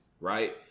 right